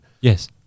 Yes